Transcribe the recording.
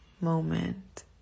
moment